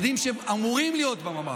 ילדים שאמורים להיות בממ"ח,